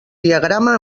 diagrama